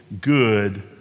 good